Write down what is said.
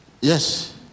yes